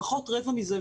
לפחות רבע מזה,